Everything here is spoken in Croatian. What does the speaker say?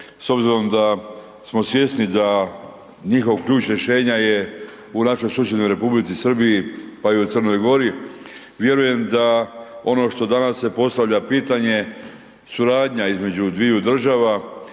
S obzirom da smo svjesni da njihov ključ rješenja je u našoj susjednoj Republici Srbiji pa i Crnoj Gori, vjerujem da ono što danas se postavlja pitanje, suradnja između dviju država